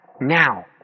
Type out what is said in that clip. now